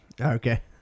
Okay